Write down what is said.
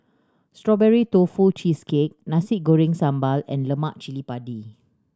Strawberry Tofu Cheesecake Nasi Goreng Sambal and Lemak Chili Padi